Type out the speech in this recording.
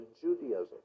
Judaism